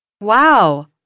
Wow